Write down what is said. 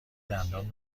دندان